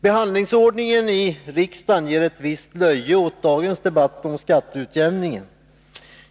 Behandlingsordningen i riksdagen ger ett visst löje åt dagens debatt om skatteutjämningen.